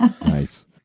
Nice